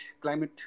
climate